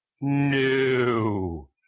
No